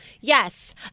Yes